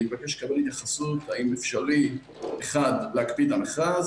אני מבקש לקבל התייחסות האם אפשרי 1. להקפיא את המכרז